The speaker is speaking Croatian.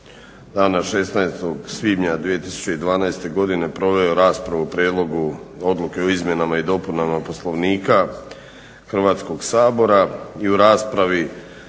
dana 16. svibnja 2012. godine proveo je raspravu o Prijedlogu odluke o izmjenama i dopunama Poslovnika Hrvatskog sabora i u raspravi